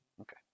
okay